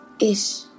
ish